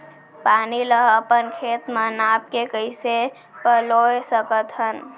पानी ला अपन खेत म नाप के कइसे पलोय सकथन?